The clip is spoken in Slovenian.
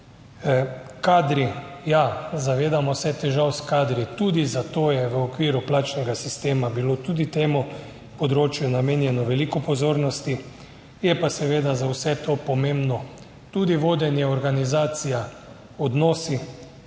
Kadri, ja, zavedamo se težav s kadri tudi, zato je v okviru plačnega sistema bilo tudi temu področju namenjeno veliko pozornosti, je pa seveda za vse to pomembno tudi vodenje, organizacija, odnosi,